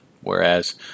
Whereas